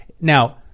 Now